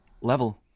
level